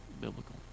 biblical